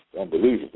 Unbelievable